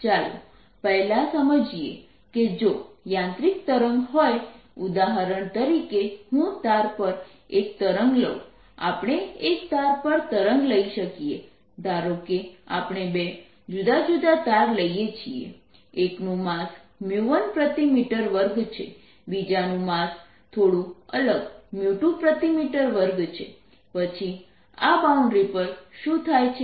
ચાલો પહેલા સમજીએ કે જો યાંત્રિક તરંગ હોય ઉદાહરણ તરીકે હું તાર પર એક તરંગ લઉ આપણે એક તાર પર તરંગ લઈ શકીએ ધારો કે આપણે બે જુદા જુદા તાર લઈએ છીએ એકનું માસ 1 પ્રતિ મીટર વર્ગ છે બીજાનું માસ થોડું અલગ 2 પ્રતિ મીટર વર્ગ છે પછી આ બાઉન્ડ્રી પર શું થાય છે